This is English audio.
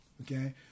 Okay